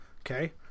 okay